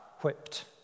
whipped